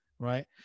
Right